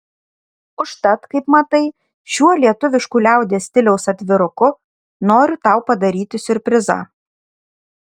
užtat kaip matai šiuo lietuvišku liaudies stiliaus atviruku noriu tau padaryti siurprizą